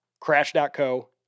Crash.co